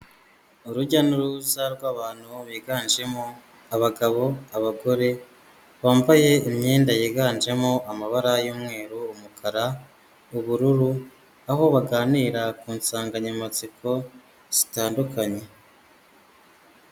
Urujya n'uruza rw'abantu biganjemo abagabo, abagore bambaye imyenda yiganjemo amabara y'umweru, umukara, ubururu aho baganira ku nsanganyamatsiko zitandukanye.